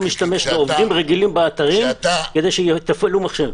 היום אני משתמש בעובדים רגילים באתרים כדי שיתפעלו מחשב.